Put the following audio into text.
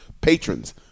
patrons